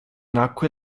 nacque